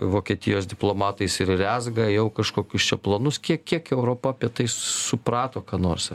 vokietijos diplomatais ir rezga jau kažkokius čia planus kiek kiek europa apie tai suprato ką nors